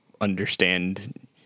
understand